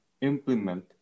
implement